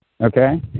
Okay